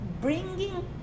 bringing